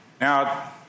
Now